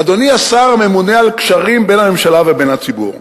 אדוני השר הממונה על קשרים בין הממשלה לבין הציבור,